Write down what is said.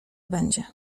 będzie